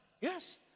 Yes